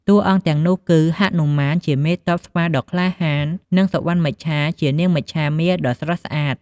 តួអង្គទាំងនោះគឺ ហនុមាន ជាមេទ័ពស្វាដ៏ក្លាហាន និង សុវណ្ណមច្ឆា ជានាងមច្ឆាមាសដ៏ស្រស់ស្អាត។